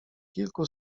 kilku